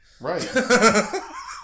Right